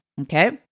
Okay